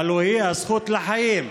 הלוא היא הזכות לחיים?